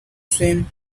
swim